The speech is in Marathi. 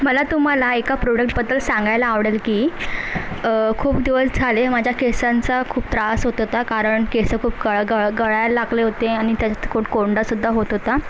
मला तुम्हाला एका प्रोडक्टबद्दल सांगायला आवडेल की खूप दिवस झाले माझ्या केसांचा खूप त्रास होत होता कारण केस खूप गळ गळ गळायला लागले होते आणि त्यात खूप कोंडासुद्धा होत होता